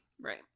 right